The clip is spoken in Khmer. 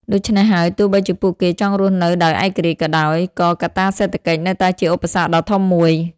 ដូច្នេះហើយ ទោះបីជាពួកគេចង់រស់នៅដោយឯករាជ្យក៏ដោយ ក៏កត្តាសេដ្ឋកិច្ចនៅតែជាឧបសគ្គដ៏ធំមួយ។